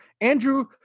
andrew